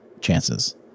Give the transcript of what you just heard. chances